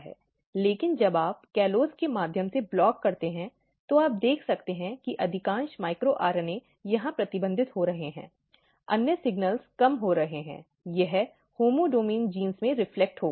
लेकिन जब आप कॉलोज के माध्यम से ब्लॉक करते हैं तो आप देख सकते हैं कि अधिकांश माइक्रो आरएनए यहां प्रतिबंधित हो रहे हैं अन्य सिग्नल कम हो रहे हैं यह होम्योडोमैन जीन में प्रतिबिंबित होगा